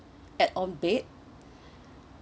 add on bed